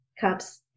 cups